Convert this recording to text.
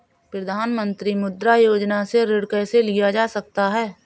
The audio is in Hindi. प्रधानमंत्री मुद्रा योजना से ऋण कैसे लिया जा सकता है?